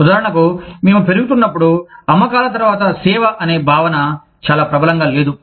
ఉదాహరణకు మేము పెరుగుతున్నప్పుడు అమ్మకాల తర్వాత సేవ అనే భావన చాలా ప్రబలంగా లేదు